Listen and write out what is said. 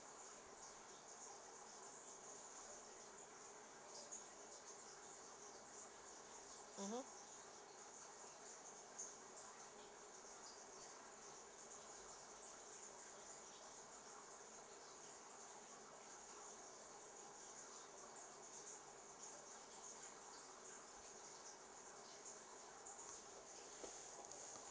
mmhmm